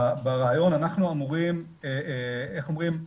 ברעיון, איך אומרים?